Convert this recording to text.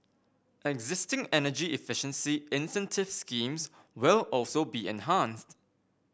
existing energy efficiency incentive schemes will also be enhanced